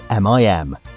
MIM